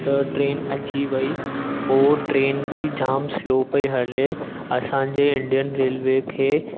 त ट्रेन अची वेई पोइ ट्रेन बि जाम स्लॉ पेई हले असांजे इंडियन रेल्वे खे